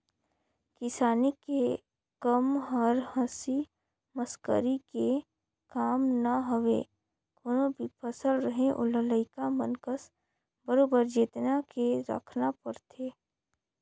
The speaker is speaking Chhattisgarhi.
किसानी के कम हर हंसी मसकरी के काम न हवे कोनो भी फसल रहें ओला लइका मन कस बरोबर जेतना के राखना परथे